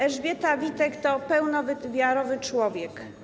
Elżbieta Witek to pełnowymiarowy człowiek.